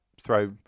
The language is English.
throw